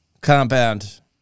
Compound